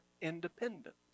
independent